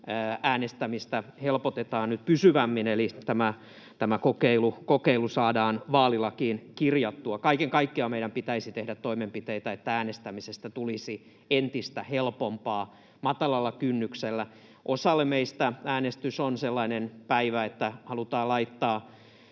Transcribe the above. äänestämistä helpotetaan nyt pysyvämmin eli että tämä kokeilu saadaan vaalilakiin kirjattua. Kaiken kaikkiaan meidän pitäisi tehdä toimenpiteitä, että äänestämisestä tulisi entistä helpompaa, matalalla kynnyksellä. Osalle meistä äänestys on sellainen päivä, että halutaan laittaa